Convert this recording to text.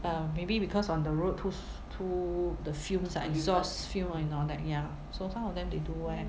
um maybe because on the road too s~ too the fumes ah exhaust fume and all that ya so some of them they do wear